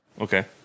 Okay